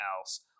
else